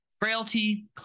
Frailty